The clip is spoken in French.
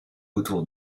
autour